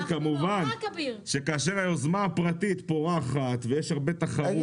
כמובן שכאשר היוזמה הפרטית פורחת ויש הרבה תחרות